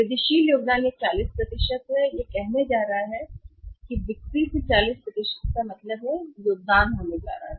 वृद्धिशील योगदान यह 40 है यह कहने जा रहा है बिक्री से 40 का मतलब है कि योगदान होने जा रहा है